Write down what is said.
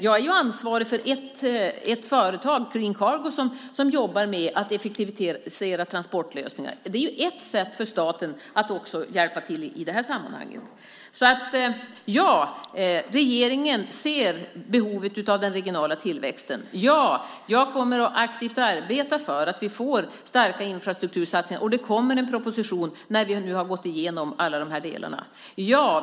Jag är ju ansvarig för ett företag, Green Cargo, som jobbar med att effektivisera transportlösningar. Det är ju ett sätt för staten att också hjälpa till i det här sammanhanget. Så: Ja! Regeringen ser behovet av den regionala tillväxten. Ja! Jag kommer att aktivt arbeta för att vi får starka infrastruktursatsningar, och det kommer en proposition när vi nu har gått igenom alla de här delarna. Ja!